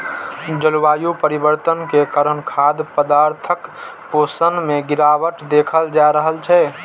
जलवायु परिवर्तन के कारण खाद्य पदार्थक पोषण मे गिरावट देखल जा रहल छै